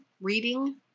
reading